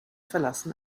verlassen